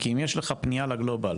אם יש לך פנייה לגלובאל,